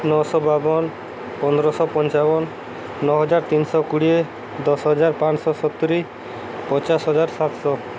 ନଅଶହ ବାବନ ପନ୍ଦରଶହ ପଞ୍ଚାବନ ନଅ ହଜାର ତିନିଶହ କୋଡ଼ିଏ ଦଶ ହଜାର ପାଞ୍ଚଶହ ସତୁରି ପଚାଶ ହଜାର ସାତଶହ